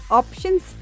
options